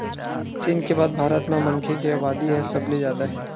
चीन के बाद भारत म मनखे के अबादी ह सबले जादा हे